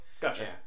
Gotcha